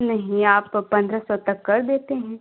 नहीं आप तो पंद्रह सौ तक कर देते हैं